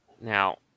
Now